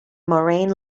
moraine